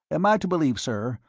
am i to believe, sir,